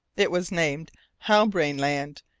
it was named halbrane land,